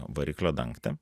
variklio dangtį